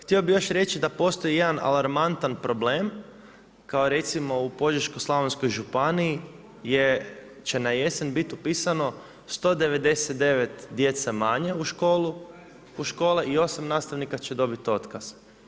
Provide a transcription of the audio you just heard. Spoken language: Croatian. Htio bih još reći da postoji jedan alarmantan problem kao recimo u Požeško-slavonskoj županiji jer će na jesen bit upisano 199 djece manje u škole i 8 nastavnika će dobit otkaz.